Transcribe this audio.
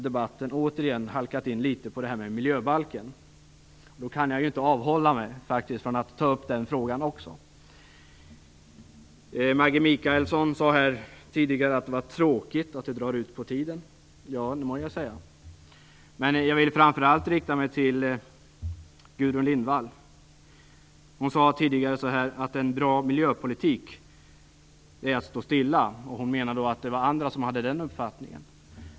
Debatten har återigen halkat in litet på frågan om miljöbalken. Därför kan jag inte avhålla mig från att också ta upp den frågan. Maggi Mikaelsson sade här tidigare att det är tråkigt att det drar ut på tiden. Ja, det må jag säga. Men jag vill framför allt rikta mig till Gudrun Lindvall. Hon sade tidigare att en bra miljöpolitik är att stå stilla. Med det menade hon att andra hade den uppfattningen.